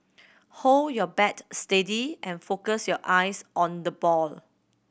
hold your bat steady and focus your eyes on the ball